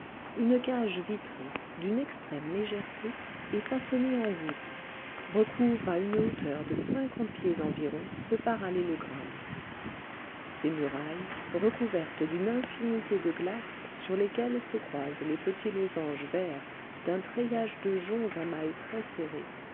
une cage vitrée d'une extrême légèreté et façonnée en voûte recouvre à une hauteur de cinquante pieds environ ce parallélogramme ses murailles recouvertes d'une infinité de glaces sur lesquelles se croisent les petits losanges verts d'un treillage de joncs à mailles